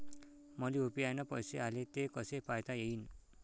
मले यू.पी.आय न पैसे आले, ते कसे पायता येईन?